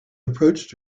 approached